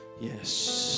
yes